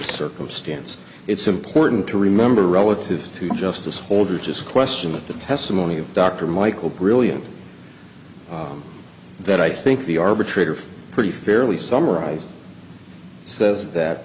circumstance it's important to remember relative to justice holder just question that the testimony of dr michael brilliantly that i think the arbitrator of pretty fairly summarized says that